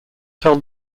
tell